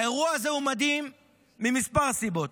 האירוע הזה הוא מדהים ממספר סיבות.